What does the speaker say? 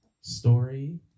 story